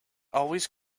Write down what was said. always